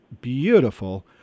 beautiful